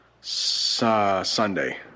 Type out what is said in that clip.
Sunday